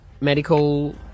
medical